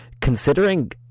Considering